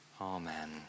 amen